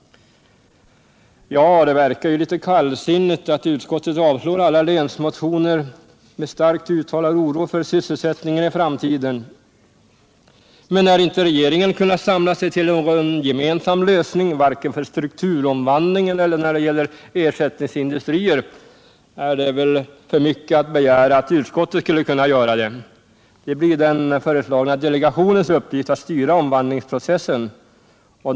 Det verkar ju litet kallsinnigt att utskottet avslår alla länsmotioner med starkt uttalad oro för sysselsättningen i framtiden. Men när rege ringen inte kunnat samla sig till någon gemensam lösning vare sig för strukturomvandlingen eller när det gäller ersättningsindustrier är det väl för mycket begärt att utskottet skulle kunna göra det. Det blir den föreslagna delegationens uppgift att styra omvandlingsprocessen.